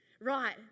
Right